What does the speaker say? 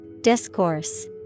Discourse